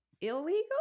illegal